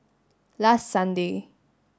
last Sunday